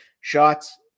shots